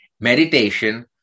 meditation